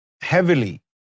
heavily